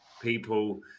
people